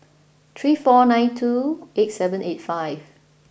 three four nine two eight seven eight five